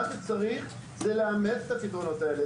מה שצריך זה לאמץ את הפתרונות האלה,